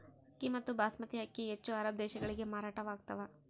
ಅಕ್ಕಿ ಮತ್ತು ಬಾಸ್ಮತಿ ಅಕ್ಕಿ ಹೆಚ್ಚು ಅರಬ್ ದೇಶಗಳಿಗೆ ಮಾರಾಟವಾಗ್ತಾವ